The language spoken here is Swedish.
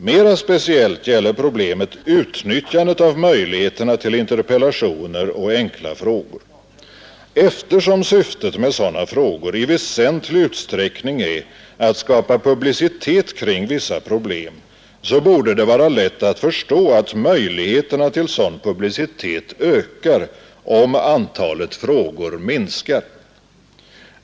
Mera speciellt gäller problemet utnyttjandet av möjligheterna till interpellationer och enkla frågor. Eftersom syftet med sådana frågor i väsentlig utsträckning är att skapa publicitet kring vissa problem borde det vara lätt att förstå att möjligheterna till sådan publicitet ökar om antalet frågor minskar.